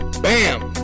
Bam